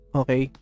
okay